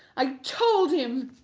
i told him